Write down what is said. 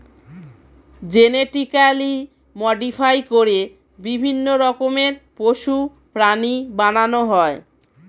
genetically modify করে বিভিন্ন রকমের পশু, প্রাণী বানানো হয়